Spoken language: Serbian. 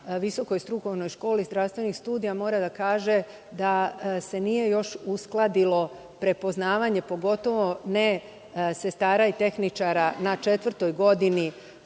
visokoj strukovnoj školi zdravstvenih studija, mora da kaže da se nije još uskladilo prepoznavanje, pogotovo ne sestara i tehničara na četvrtoj godini,